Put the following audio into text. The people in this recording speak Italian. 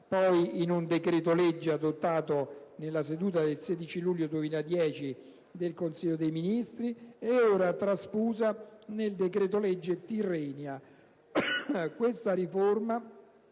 poi in un decreto-legge adottato nella seduta del 16 luglio 2010 del Consiglio dei ministri e ora trasfusa nel decreto-legge Tirrenia, questa riforma